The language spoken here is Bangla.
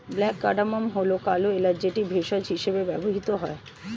ব্ল্যাক কার্ডামম্ হল কালো এলাচ যেটি ভেষজ হিসেবে ব্যবহৃত হয়